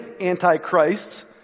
Antichrists